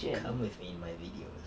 come with me in my videos